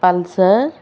pulsar